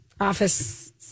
Office